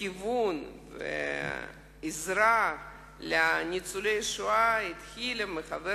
לכיוון עזרה לניצולי השואה התחילה מחבר